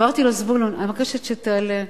אמרתי לו: זבולון, אני מבקשת שתעלה.